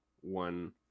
one